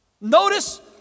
Notice